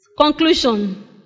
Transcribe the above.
Conclusion